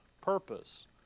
purpose